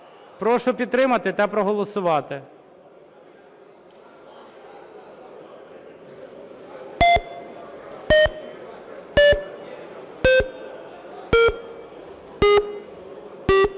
Прошу підтримати та проголосувати.